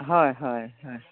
হয় হয় হয়